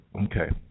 Okay